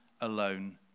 alone